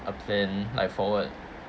a plan like forward